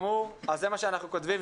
מה שאנחנו כותבים.